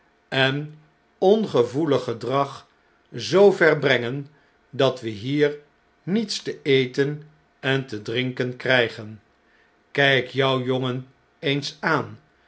en ongevoelig gedrag zoo ver brengen dat we hier niets te eten en drinken krggen kijk jou jongen eens aan